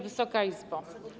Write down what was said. Wysoka Izbo!